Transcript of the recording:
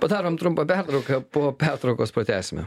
padarom trumpą pertrauką po pertraukos pratęsime